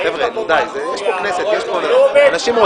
זה לא עובד ועדת שניים.